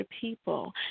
people